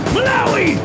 Malawi